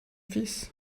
fils